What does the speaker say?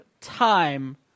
time